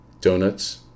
donuts